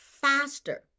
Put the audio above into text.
faster